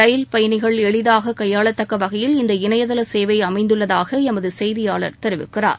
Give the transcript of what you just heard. ரயில் பயணிகள் எளிதாக கையாளத்தக்க வகையில் இந்த இணையதள சேவை அமைந்துள்ளதாக எமது செய்தியாளர் தெரிவிக்கிறார்